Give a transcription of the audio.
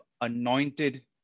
anointed